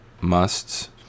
musts